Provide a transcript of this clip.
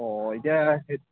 অঁ এতিয়া সেই